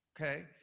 okay